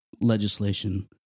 legislation